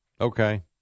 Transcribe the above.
Okay